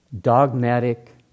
dogmatic